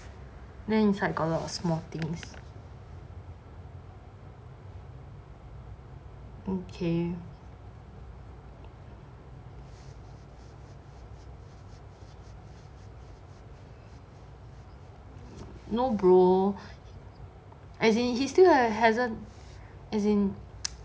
it's like inside got a lot of small things okay no bro as in he still hasn't as in